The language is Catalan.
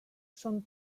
són